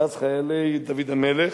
מאז חיילי דוד המלך,